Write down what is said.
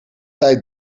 tijd